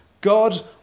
God